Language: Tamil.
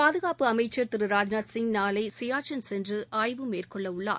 பாதுகாப்பு அமைச்சர் திரு ராஜ்நாத் சிங் நாளை சியாச்சின் சென்று ஆய்வு மேற்கொள்ளவுள்ளார்